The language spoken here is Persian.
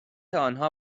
آنها